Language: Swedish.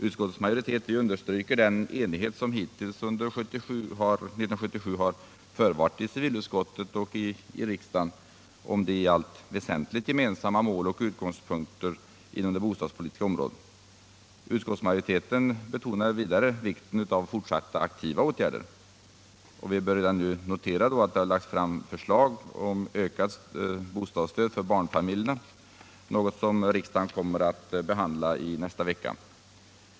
Utskottets majoritet understryker den enighet som hittills under år 1977 har förevarit i civilutskottet och i riksdagen om de i allt väsentligt gemensamma målen och utgångspunkterna inom det bostadspolitiska området. Utskottsmajoriteten betonar vidare vikten av fortsatta aktiva åtgärder. Här bör redan nu noteras att förslag lagts fram om ökat bostadsstöd för barnfamiljerna, en fråga som riksdagen kommer att behandla nästa vecka.